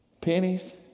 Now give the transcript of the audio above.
pennies